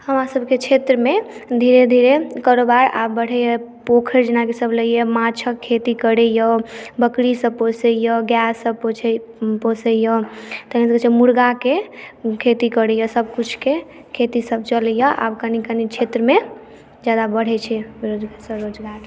हमरासभके क्षेत्रमे धीरे धीरे कारोबार आब बढ़ैए पोखरि जेनाकि सभ लैए माँछक खेती करैए बकरीसभ पोसैए गाएसभ पोछै पोसैए तहन देखैत छी मुर्गाके खेती करैए सभकिछुके खेतीसभ चलैए आब कनि कनि क्षेत्रमे ज्यादा बढ़ैत छै रो स्वरोजगार